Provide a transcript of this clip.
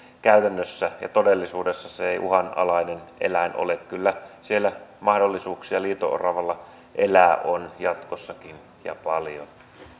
käytännössä ja todellisuudessa se ei uhanalainen eläin ole kyllä siellä on liito oravalla jatkossakin mahdollisuuksia elää ja paljon